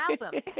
album